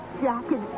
jacket